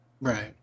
Right